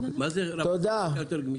מה זה רמת חקיקה יותר גמישה?